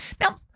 Now